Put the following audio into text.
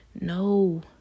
No